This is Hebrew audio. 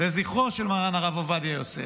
לזכרו של מרן הרב עובדיה יוסף,